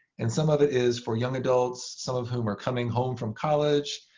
and some of it is for young adults, some of whom are coming home from college